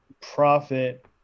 profit